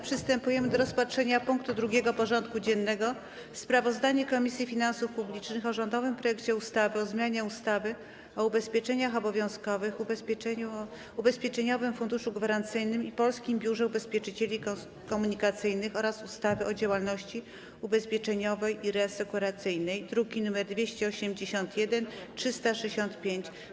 Przystępujemy do rozpatrzenia punktu 2. porządku dziennego: Sprawozdanie Komisji Finansów Publicznych o rządowym projekcie ustawy o zmianie ustawy o ubezpieczeniach obowiązkowych, Ubezpieczeniowym Funduszu Gwarancyjnym i Polskim Biurze Ubezpieczycieli Komunikacyjnych oraz ustawy o działalności ubezpieczeniowej i reasekuracyjnej (druki nr 281 i 365)